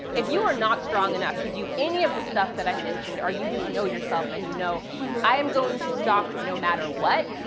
if you are not strong enough to do any of the stuff that i mentioned, or you just know yourself and you know i am going to stalk no matter what,